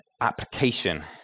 application